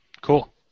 cool